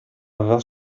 aveva